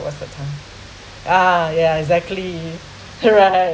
was the time ah yeah exactly correct